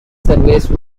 service